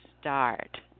start